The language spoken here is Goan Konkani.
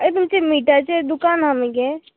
अगे तुमचें मिठाचें दुकान आहा मगे